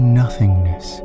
nothingness